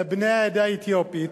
לבני העדה האתיופית,